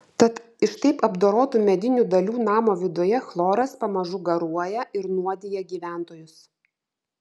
tad iš taip apdorotų medinių dalių namo viduje chloras pamažu garuoja ir nuodija gyventojus